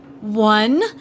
One